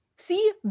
See